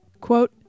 Quote